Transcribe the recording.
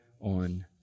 on